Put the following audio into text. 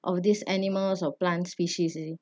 of these animals or plant species